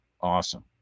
Awesome